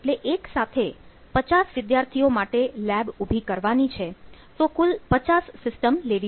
એટલે એક સાથે 50 વિદ્યાર્થીઓ માટે લેબ ઉભી કરવાની છે તો કુલ 50 સિસ્ટમ લેવી પડશે